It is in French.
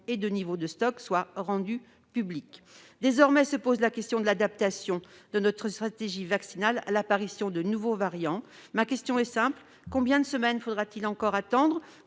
et de niveau de stocks soient rendues publiques. Désormais se pose la question de l'adaptation de notre stratégie vaccinale à l'apparition des nouveaux variants. Ma question est simple : combien de semaines faudra-t-il encore attendre